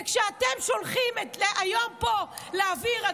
וכשאתם שולחים היום פה להעביר,